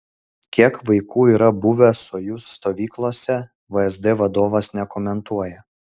kiek vaikų yra buvę sojuz stovyklose vsd vadovas nekomentuoja